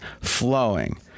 flowing